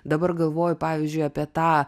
dabar galvoju pavyzdžiui apie tą